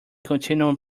continual